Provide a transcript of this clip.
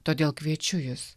todėl kviečiu jus